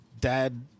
dad